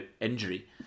injury